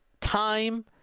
time